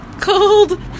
Cold